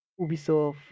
ubisoft